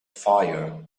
fire